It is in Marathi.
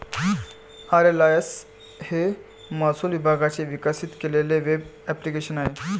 आर.एल.आय.एस हे महसूल विभागाने विकसित केलेले वेब ॲप्लिकेशन आहे